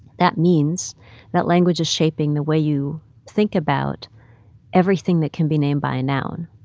that means that language is shaping the way you think about everything that can be named by a noun.